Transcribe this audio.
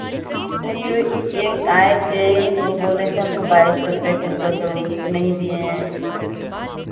अरे एक आए थे वह बोले थे हमको बाईस सौ रुपये कुंटल दो तो नहीं दिए